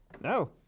No